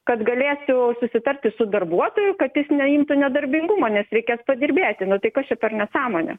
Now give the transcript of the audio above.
kad galėsiu susitarti su darbuotoju kad jis neimtų nedarbingumo nes reikės padirbėti nu tai kas čia per nesąmonė